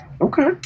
okay